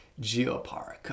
Geopark